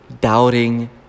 doubting